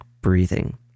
breathing